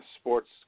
Sports